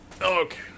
Okay